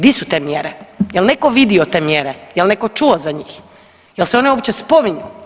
Di su te mjere, jel neko vidio te mjere, jel netko čuo za njih, jel se one uopće spominju?